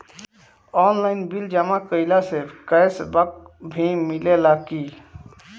Online bill जमा कईला से कैश बक भी मिलेला की?